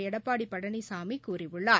எடப்பாடி பழனிசாமி கூறியுள்ளார்